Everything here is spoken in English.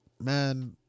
Man